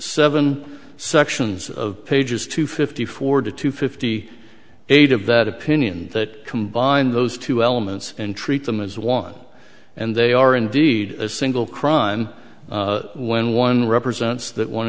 seven sections of pages two fifty four to two fifty eight of that opinion that combine those two elements and treat them as one and they are indeed a single crime when one represents that one